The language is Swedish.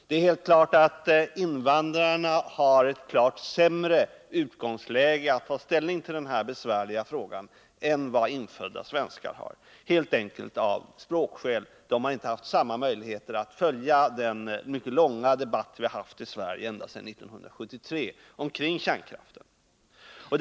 Det är helt uppenbart att invandrarna har ett klart sämre utgångsläge när det gäller att ta ställning till den här besvärliga frågan än vad infödda svenskar har, helt enkelt av språkskäl — de har inte haft samma möjligheter att följa den långa debatt om kärnkraft som vi haft i Sverige ända 39 sedan 1973.